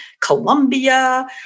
Colombia